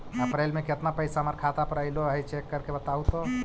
अप्रैल में केतना पैसा हमर खाता पर अएलो है चेक कर के बताहू तो?